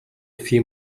few